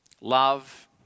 love